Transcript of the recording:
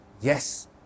yes